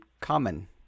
common